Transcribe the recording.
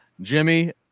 Jimmy